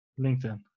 LinkedIn